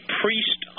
priest